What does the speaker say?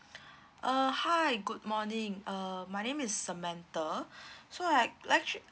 uh hi good morning uh my name is samantha so I'd like actually